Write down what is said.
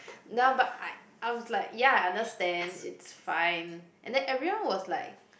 no but I I was like ya I understand it's fine and then everyone was like